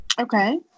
Okay